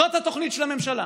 זו התוכנית של הממשלה,